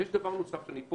יש דבר נוסף שאני אומר פה,